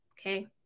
okay